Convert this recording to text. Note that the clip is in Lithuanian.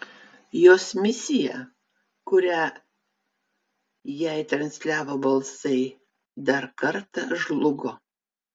jos misija kurią jai transliavo balsai dar kartą žlugo